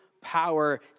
power